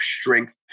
strength